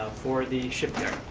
ah for the ship deck.